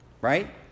right